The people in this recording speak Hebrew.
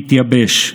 מתייבש.